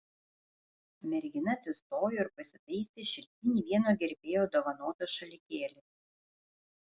mergina atsistojo ir pasitaisė šilkinį vieno gerbėjo dovanotą šalikėlį